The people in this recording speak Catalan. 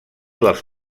dels